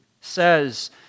says